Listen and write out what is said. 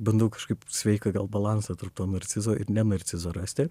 bandau kažkaip sveiką gal balansą tarp to narcizo ir ne narcizo rasti